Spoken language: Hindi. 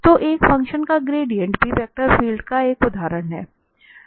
तो एक फ़ंक्शन का ग्रेडिएंट भी वेक्टर फील्ड का एक उदाहरण है